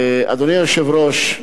אדוני היושב-ראש,